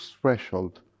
threshold